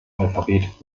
alphabet